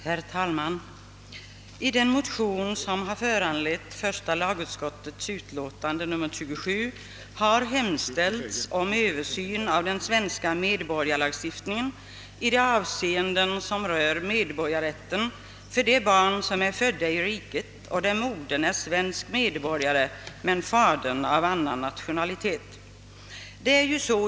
Herr talman! I den motion som har föranlett första lagutskottets utlåtande nr 27 har hemställts om översyn av den svenska medborgarskapslagstiftningen i de avseenden som rör medborgarrätten för barn som är födda i riket och vilkas moder är svensk medborgare, medan fadern är av annan nationalitet.